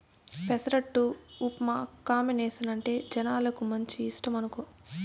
పెసరట్టు ఉప్మా కాంబినేసనంటే జనాలకు మంచి ఇష్టమనుకో